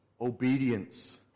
Obedience